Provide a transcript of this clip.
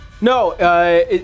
No